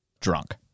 drunk